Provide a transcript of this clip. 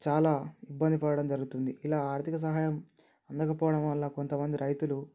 చాలా ఇబ్బంది పడడం జరుగుతుంది ఇలా ఆర్థిక సహాయం అందకపోవడం వల్ల కొంత మంది రైతులు